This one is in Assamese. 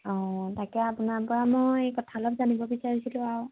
অ তাকে আপোনাৰ পৰা মই কথা অলপ জানিব বিচাৰিছিলোঁ আৰু